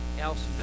else